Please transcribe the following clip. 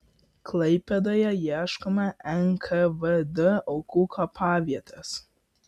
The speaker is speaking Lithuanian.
klaipėdoje ieškoma nkvd aukų kapavietės